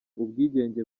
ubwigenge